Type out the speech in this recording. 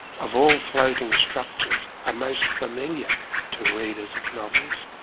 of all floating structuresi are most familiar to readers of novels.